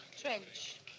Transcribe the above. Trench